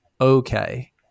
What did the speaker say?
okay